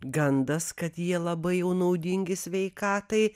gandas kad jie labai jau naudingi sveikatai